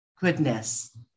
goodness